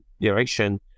direction